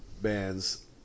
bands